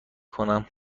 کنم